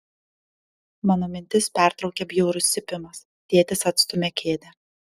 mano mintis pertraukia bjaurus cypimas tėtis atstumia kėdę